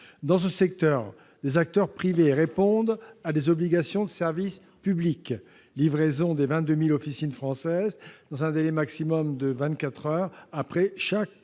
Dans ce secteur, des acteurs privés répondent à des obligations de service public- livraison des 22 0000 officines françaises dans un délai maximal de vingt-quatre heures après chaque